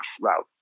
route